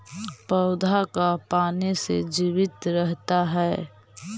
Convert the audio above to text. पौधा का पाने से जीवित रहता है?